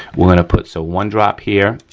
we're gonna put, so one drop here,